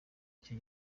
icyo